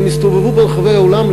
והם הסתובבו ברחבי העולם,